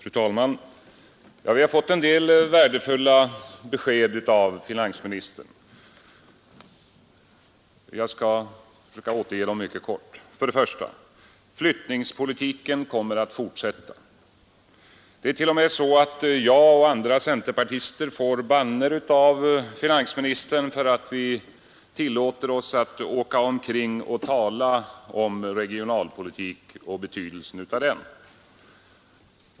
Fru talman! Vi har fått en del värdefulla besked av finansministern. Jag skall försöka återge dem mycket kort. Det första beskedet var: flyttningspolitiken kommer att fortsätta. Jag och andra centerpartister får t.o.m. bannor av finansministern för att vi tillåter oss att åka omkring och tala om regionalpolitik och betydelsen av den.